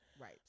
Right